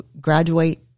graduate